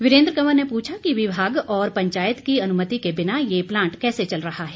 वीरेन्द्र कंवर ने पूछा कि विभाग और पंचायत की अनुमति के बिना ये प्लांट कैसे चल रहा है